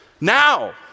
Now